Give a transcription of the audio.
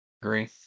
Agree